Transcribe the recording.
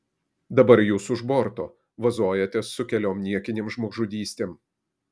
dabar jūs už borto vazojatės su keliom niekinėm žmogžudystėm